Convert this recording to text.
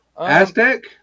Aztec